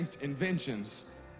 inventions